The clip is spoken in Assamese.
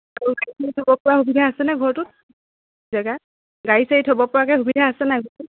থ'ব পৰা সুবিধা আছেনে ঘৰটোত জেগা গাড়ী চাড়ি থ'ব পৰাকৈ সুবিধা আছে নাই ঘৰটোত